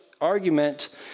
argument